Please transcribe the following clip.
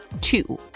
two